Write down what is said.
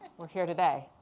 we're here today.